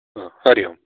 आ हरि ओम्